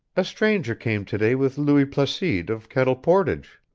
a stranger came to-day with louis placide of kettle portage.